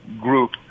group